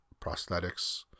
prosthetics